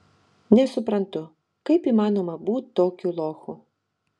nesuprantu kaip įmanoma būt tokiu lochu